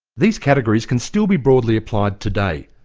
these categories can still be broadly applied today.